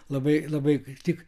labai labai kaip tik